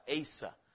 Asa